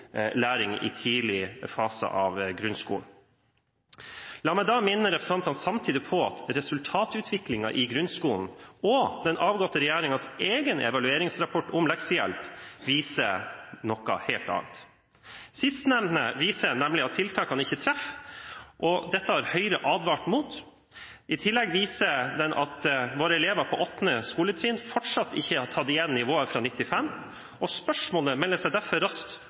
læring i tidlig fase av grunnskolen. La meg da samtidig minne representantene om at resultatutviklingen i grunnskolen og den avgåtte regjeringens egen evalueringsrapport om leksehjelp viser noe helt annet. Sistnevnte viser nemlig at tiltakene ikke treffer. Dette har Høyre advart mot. I tillegg viser den at våre elever på 8. skoletrinn fortsatt ikke har kommet opp på nivået fra 1995. Spørsmålet om hvorvidt leksehjelp heller passer for mellom- og ungdomstrinnet melder seg derfor raskt